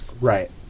Right